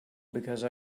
because